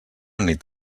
nit